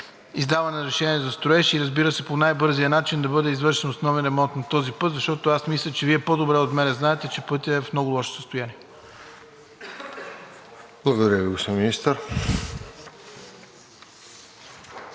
издаването на разрешение за строеж и, разбира се, по най-бързия начин да бъде извършен основен ремонт на този път, защото аз мисля, че Вие по-добре от мен знаете, че пътят е в много лошо състояние. ПРЕДСЕДАТЕЛ РОСЕН